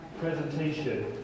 presentation